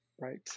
right